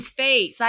face